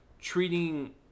treating